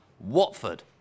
Watford